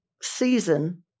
season